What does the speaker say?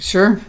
Sure